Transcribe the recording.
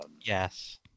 Yes